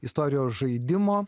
istorijos žaidimo